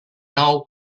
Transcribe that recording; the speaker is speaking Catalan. nou